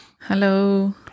Hello